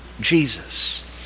Jesus